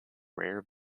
rare